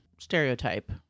stereotype